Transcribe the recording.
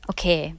Okay